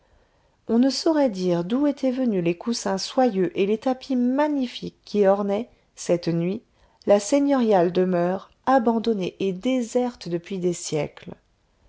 on ne saurait dire d'où étaient venus les coussins soyeux et les tapis magnifiques qui ornaient cette nuit la seigneuriale demeure abandonnée et déserte depuis des siècles